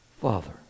Father